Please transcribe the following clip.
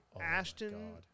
Ashton